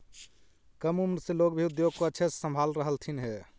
कम उम्र से लोग भी उद्योग को अच्छे से संभाल रहलथिन हे